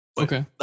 Okay